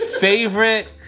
favorite